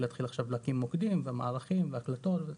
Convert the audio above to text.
להתחיל עכשיו להקים מוקדים ומערכים והקלטות.